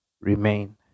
remain